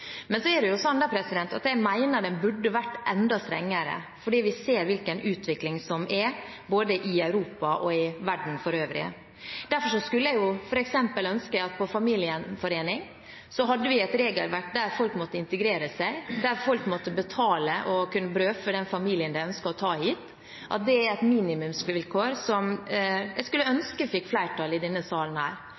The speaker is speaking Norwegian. Men jeg mener at den burde vært enda strengere, fordi vi ser hvilken utvikling som er både i Europa og i verden for øvrig. Derfor skulle jeg f.eks. ønske at vi når det gjelder familiegjenforening, hadde et regelverk der folk måtte integrere seg, der folk måtte betale for og kunne brødfø den familien de ønsket å ta hit, at det var et minimumsvilkår som jeg skulle ønske fikk flertall i denne salen.